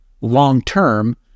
long-term